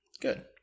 good